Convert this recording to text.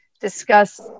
discuss